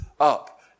up